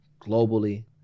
globally